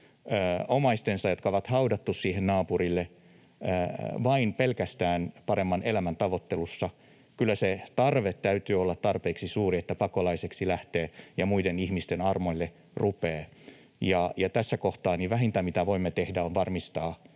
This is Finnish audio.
omaisensa, jotka on haudattu siihen naapuriin, vain pelkästään paremman elämän tavoittelussa. Kyllä sen tarpeen täytyy olla tarpeeksi suuri, että pakolaiseksi lähtee ja muiden ihmisten armoille rupeaa, ja tässä kohtaa vähintä, mitä voimme tehdä, on varmistaa,